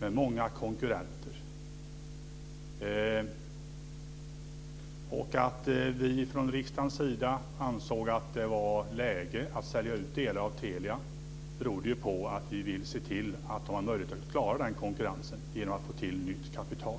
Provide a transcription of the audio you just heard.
med många konkurrenter. Att vi från riksdagens sida ansåg att det var läge att sälja ut delar av Telia berodde på att vi ville se till att man har möjlighet att klara konkurrensen genom att få nytt kapital.